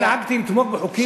לתמוך בחוקים,